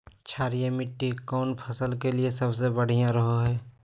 क्षारीय मिट्टी कौन फसल के लिए सबसे बढ़िया रहो हय?